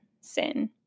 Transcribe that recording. sin